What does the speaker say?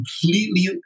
completely